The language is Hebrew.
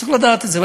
צריך לדעת את זה.